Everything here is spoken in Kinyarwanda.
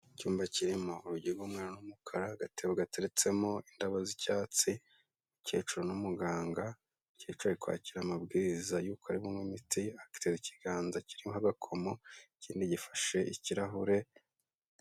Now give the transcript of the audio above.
Icyumba kirimo urugi rw'umweru n'umukara, agatebo gatereretsemo indabo z'icyatsi, umukecuru n'umuganga, umukecuru ari kwakira amabwiriza y'uko ari bunywe imiti, ateze ikiganza kirimo agakomo ikindi gifashe ikirahure.